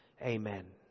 Amen